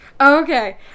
okay